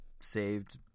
saved